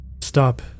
Stop